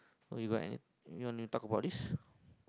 so you got any you want me to talk about this